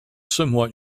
somewhat